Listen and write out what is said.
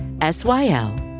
S-Y-L